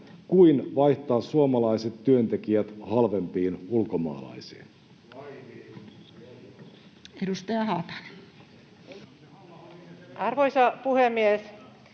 kuin vaihtaa suomalaiset työntekijät halvempiin ulkomaalaisiin?